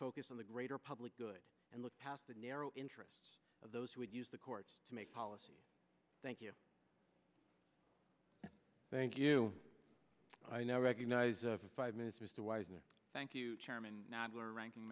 focus on the greater public good and look past the narrow interests of those who would use the courts to make policy thank you thank you i now recognize five minutes mr wise and thank you chairman nobbler ranking